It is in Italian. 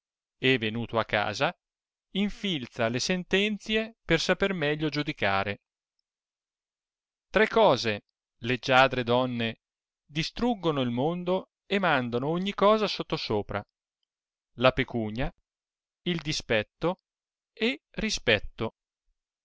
e venuto a casa infilza le sentenzie per saper meglio giudicare tre cose leggiadre donne distruggono il mondo e mandano ogni cosa sottosopra la pecunia il dispetto e rispetto